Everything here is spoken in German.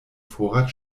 vorrat